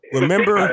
remember